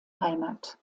heimat